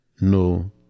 no